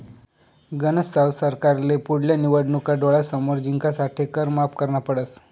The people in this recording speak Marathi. गनज साव सरकारले पुढल्या निवडणूका डोळ्यासमोर जिंकासाठे कर माफ करना पडस